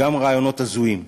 גם רעיונות הזויים.